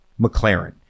McLaren